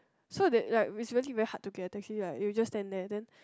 so they like it's really very hard to get a taxi right you just stand there and then